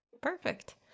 perfect